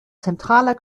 zentraler